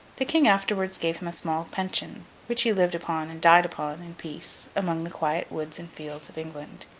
the king afterwards gave him a small pension, which he lived upon and died upon, in peace, among the quiet woods and fields of england.